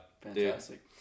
Fantastic